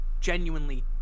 genuinely